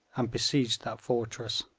and besieged that fortress.